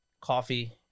coffee